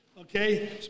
okay